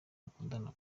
mukundana